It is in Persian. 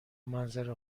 منظره